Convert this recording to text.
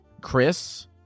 Chris